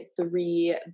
three